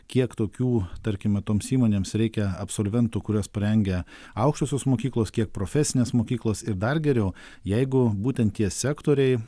kiek tokių tarkime toms įmonėms reikia absolventų kuriuos parengia aukštosios mokyklos kiek profesinės mokyklos ir dar geriau jeigu būtent tie sektoriai